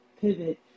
pivot